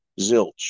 zilch